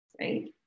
Right